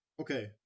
Okay